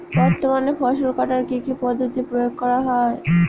বর্তমানে ফসল কাটার কি কি পদ্ধতি প্রয়োগ করা হয়?